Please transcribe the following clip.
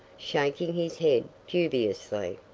shaking his head dubiously.